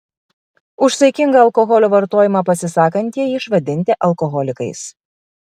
už saikingą alkoholio vartojimą pasisakantieji išvadinti alkoholikais